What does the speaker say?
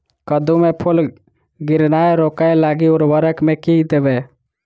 कद्दू मे फूल गिरनाय रोकय लागि उर्वरक मे की देबै?